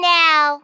now